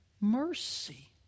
Mercy